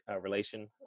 relation